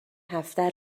هفته